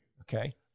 Okay